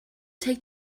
take